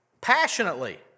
Passionately